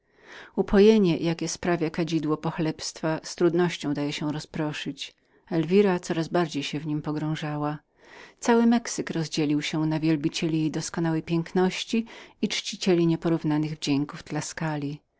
upojenie jakie sprawia kadzidło pochlebstwa z trudnością da się rozproszyć z elwirą zaś sprawa była niepodobną do dokonania cały mexyk rozdzielił się na wielbicielów jej doskonałej piękności i nieporównanych wdzięków tuskuli